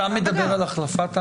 אתה מדבר על לוותר על החלפת ההמצאה?